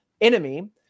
enemy